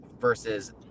versus